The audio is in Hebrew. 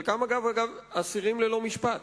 אגב, חלקם אסירים ללא משפט,